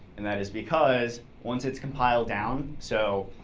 and that is because once it's compiled down so